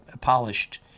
polished